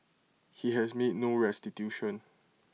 he has made no restitution